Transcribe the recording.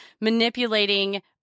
manipulating